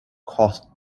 cost